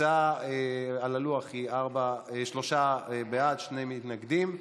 התוצאה על הלוח היא שלושה בעד, שני מתנגדים.